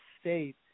state